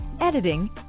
editing